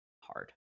hard